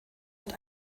hat